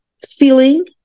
feeling